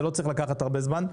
זה לא צריך לקחת הרבה זמן.